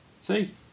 See